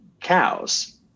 cows